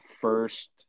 first